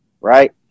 right